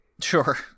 Sure